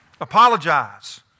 Apologize